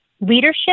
leadership